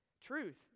Truth